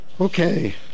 Okay